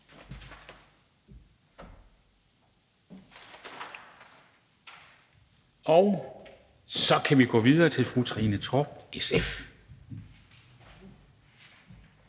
Så kan vi gå videre til fru Trine Torp, SF.